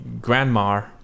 grandma